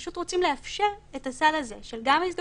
פשוט רוצים לאפשר את הסל הזה: גם של הזדהות